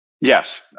Yes